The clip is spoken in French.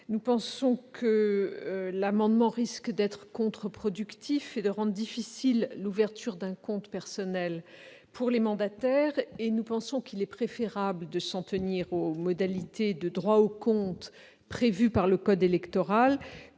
l'adoption de cet amendement risque d'être contre-productive et de rendre difficile l'ouverture d'un compte personnel pour les mandataires. Nous jugeons préférable de nous en tenir aux modalités de droit au compte prévues par le code électoral,